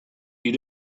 you